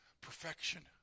perfection